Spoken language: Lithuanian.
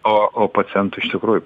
o o pacientui iš tikrųjų